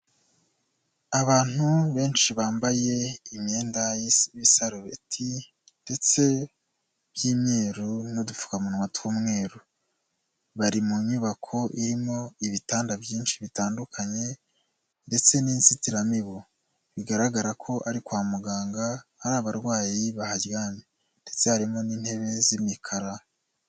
Abantu benshi bambaye imyenda y'ibisarubeti ndetse by'imyeru n'udupfukamunwa tw'umweru, bari mu nyubako irimo ibitanda byinshi bitandukanye ndetse n'inzitiramibu, bigaragara ko ari kwa muganga ari abarwayi baharyamye ndetse harimo n'intebe z'imikara.